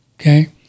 Okay